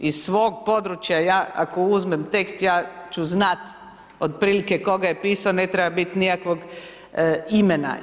Iz svog područja ja ako uzmem tekst ja ću znati otprilike tko ga je pisao, ne treba bit nikakvog imena.